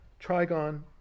trigon